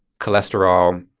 cholesterol,